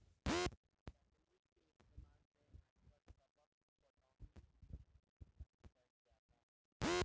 तकनीक के इस्तेमाल से आजकल टपक पटौनी भी कईल जाता